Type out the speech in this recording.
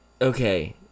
Okay